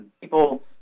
People